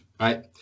right